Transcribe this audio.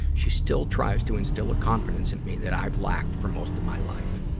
she still tries to instill a confidence in me that i've lacked for most of my life.